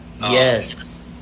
Yes